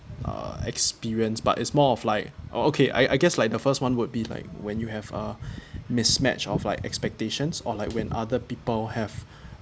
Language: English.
uh experience but it's more of like oh okay I I guess like the first one would be like when you have a mismatch of like expectations or like when other people have